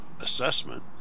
assessment